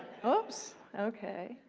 woops, okay,